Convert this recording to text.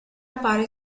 appare